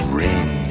ring